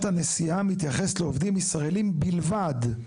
הנסיעה מתייחס לעובדים ישראלים בלבד.